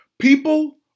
People